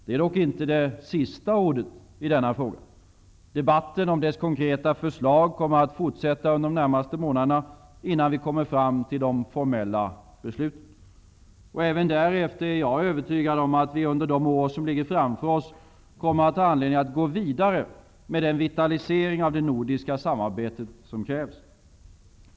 Det är dock inte det sista ordet i denna fråga. Debatten om dess konkreta förslag kommer att fortsätta under de närmast månaderna, innan vi kommer fram till de formella besluten. Och även därefter är jag övertygad om att vi under de år som ligger framför oss kommer att ha anledning att gå vidare med den vitalisering av det nordiska samharbetet som krävs.